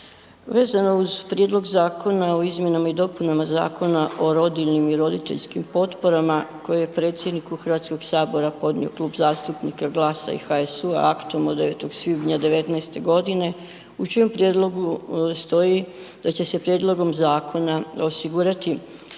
Vezano uz prijedlog zakona o izmjenama i dopunama Zakona o rodiljnim i roditeljskim potporama koje je predsjedniku HS podnio Klub zastupnika GLAS-a i HSU-a aktom od 9. svibnja '19.g. u čijem prijedlogu stoji da će se prijedlogom zakona osigurati